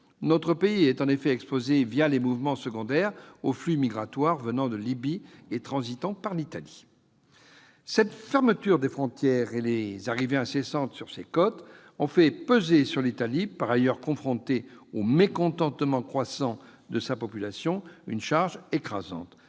Notre pays est en effet exposé, les mouvements secondaires, aux flux migratoires venant de Libye et transitant par l'Italie. Cette fermeture des frontières et les arrivées incessantes sur ses côtes ont fait peser sur l'Italie, par ailleurs confrontée au mécontentement croissant de sa population, une charge écrasante.